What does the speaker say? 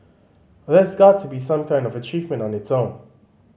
that's got to be some kind of achievement on its own